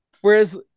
Whereas